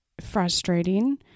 frustrating